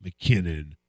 McKinnon